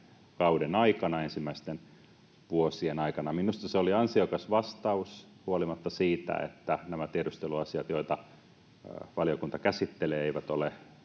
kauden aikana, ensimmäisten vuosien aikana. Minusta se oli ansiokas vastaus huolimatta siitä, että nämä tiedusteluasiat, joita valiokunta käsittelee, eivät ole